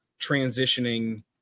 transitioning